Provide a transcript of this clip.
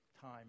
time